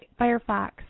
Firefox